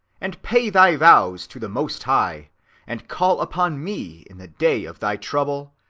and pay thy vows to the most high and call upon me in the day of thy trouble,